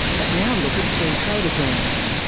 but now look at free trade agreements.